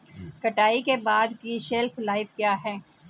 कटाई के बाद की शेल्फ लाइफ क्या है?